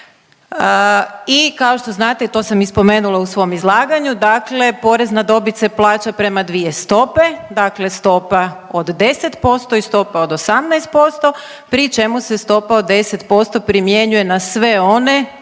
I kao što znate, to sam i spomenula u svom izlaganju, dakle porez na dobit se plaća prema dvije stope, dakle stopa od 10% i stopa od 18%, pri čemu se stopa od 10% primjenjuje na sve one